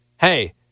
hey—